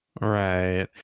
Right